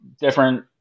different